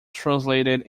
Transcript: translated